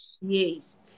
Yes